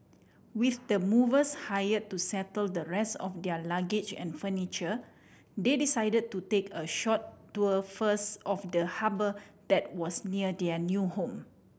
with the movers hire to settle the rest of their luggage and furniture they decide to take a short tour first of the harbour that was near their new home